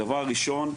הדבר הראשון,